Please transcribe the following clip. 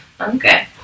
Okay